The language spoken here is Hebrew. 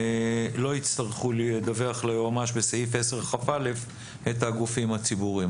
לא יצטרכו לדווח ליועצת בסעיף 10כא את הגופים הציבוריים.